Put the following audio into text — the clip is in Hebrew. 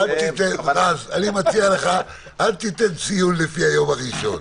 רז, אני מציע לך לא לתת ציונים לפי היום הראשון.